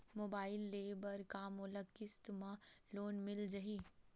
Mobile ले बर का मोला किस्त मा लोन मिल जाही?